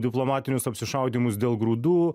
diplomatinius apsišaudymus dėl grūdų